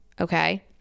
Okay